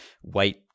white